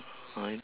I